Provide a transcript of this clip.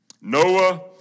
Noah